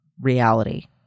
reality